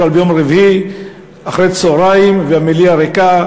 כלל ביום רביעי אחר-הצהריים והמליאה ריקה,